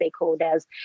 stakeholders